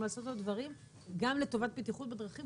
ולעשות עוד דברים גם לטובת בטיחות בדרכים?